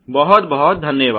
बहुत बहुत धन्यवाद